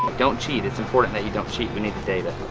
don't cheat. it's important that you don't cheat. we need the data,